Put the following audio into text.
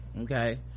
okay